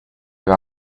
you